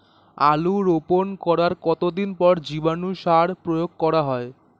আলু রোপণ করার কতদিন পর জীবাণু সার প্রয়োগ করা হয়?